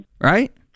Right